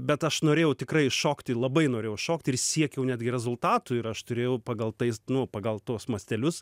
bet aš norėjau tikrai šokti labai norėjau šokti ir siekiau netgi rezultatų ir aš turėjau pagal tais nu pagal tuos mastelius